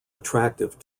attractive